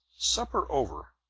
supper over,